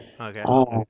Okay